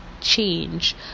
change